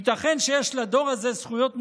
ייתכן שיש לדור הזה זכויות מוסריות,